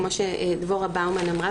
כמו שדבורה באומן אמרה.